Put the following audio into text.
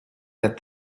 that